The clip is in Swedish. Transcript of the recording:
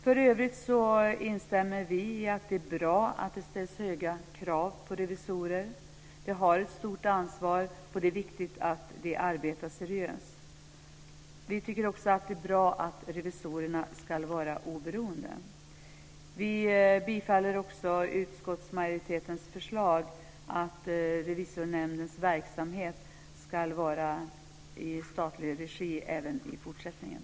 För övrigt instämmer vi i att det är bra att det ställs höga krav på revisorer. De har ett stort ansvar, och det är viktigt att de arbetar seriöst. Vi tycker också att det är bra att revisorerna ska vara oberoende. Vi bifaller utskottsmajoritetens förslag att Revisorsnämndens verksamhet ska vara i statlig regi även i fortsättningen.